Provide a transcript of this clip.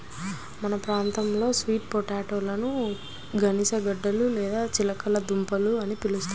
మన ప్రాంతంలో స్వీట్ పొటాటోలని గనిసగడ్డలు లేదా చిలకడ దుంపలు అని పిలుస్తారు